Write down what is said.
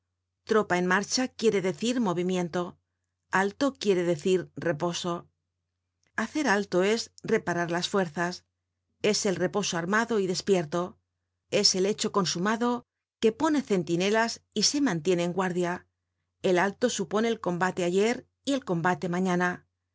tropa en marcha quiere decir movimiento alto quiere decir reposo hacer alto es reparar las fuerzas es el reposo armado y despierto es el hecho consumado que pone centinelas y se mantiene en guardia el alto supone el combate ayer y el combate mañana